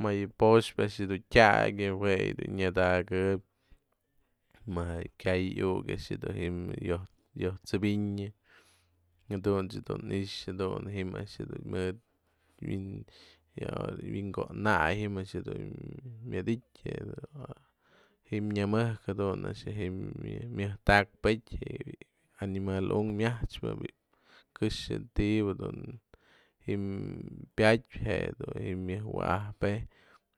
Më yë po'oxpë a'ax dun tyakën jue yë dun nyatakëp më kyay iuk du ji'm yoj yoj t'sëbi'inyan jadun dun i'ix jadun ji'im a'ax dun mëd wynko'oknay ji'im a'ax dun myadytë ji'im nyamëjk jadun a'ax dun ji'im myajtakpëty je animal unkë myatxpë bi'i kë'xë ti'iba dun pyadpë je dun ji'im myajwa'ap pei'ij